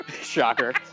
shocker